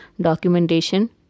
documentation